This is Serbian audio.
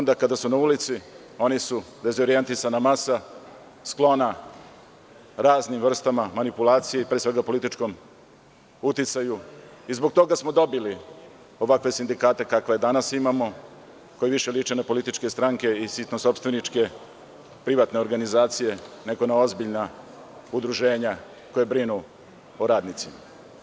Onda kada su na ulici, oni su dezorijentisana masa, sklona raznim vrstama manipulacija i pre svega političkom uticaju i zbog toga smo dobili ovakve sindikate kakve danas imamo, koji više liče na političke stranke i sitnosopstveničke privatne organizacije, nego na ozbiljna udruženja koja brinu o radnicima.